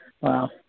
Wow